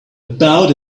about